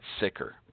sicker